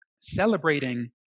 celebrating